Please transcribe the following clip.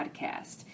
Podcast